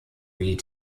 wie